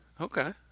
Okay